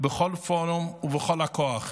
בכל פורום ובכל הכוח.